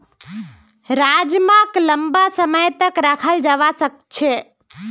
राजमाक लंबा समय तक रखाल जवा सकअ छे